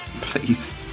please